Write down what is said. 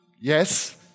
Yes